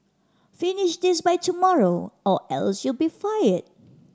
finish this by tomorrow or else you'll be fired